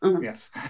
Yes